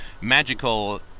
magical